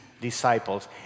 disciples